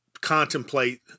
contemplate